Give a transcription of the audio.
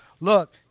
look